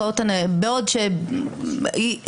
אגב,